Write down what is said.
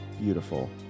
Beautiful